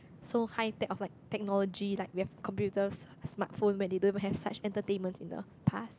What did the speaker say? so high tech of like technology like we have computers smartphone when they don't even have such entertainments in the past